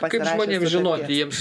kaip žmonėm žinoti jiems